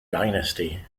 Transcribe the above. dynasty